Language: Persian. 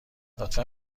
لطفا